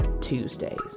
Tuesdays